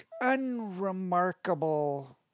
Unremarkable